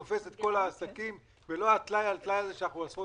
תופס את העסקים ולא הטלאי על טלאי הזה שאנחנו עשרות